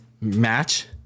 match